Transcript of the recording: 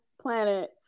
planet